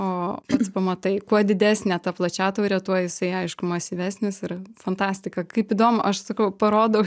o pats pamatai kuo didesnė ta plačiatvorė tuo jisai aišku masyvesnis ir fantastika kaip įdomu aš sakau parodau